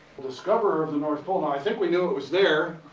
discoverer of the north pole. no, i think we know it was there